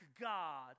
God